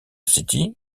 city